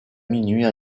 minuit